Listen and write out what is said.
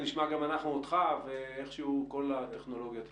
וגם אנחנו נשמע אותך ואיכשהו כל הטכנולוגיה תסתדר.